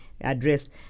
addressed